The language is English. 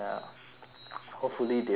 hopefully darrien goes